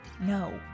No